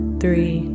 three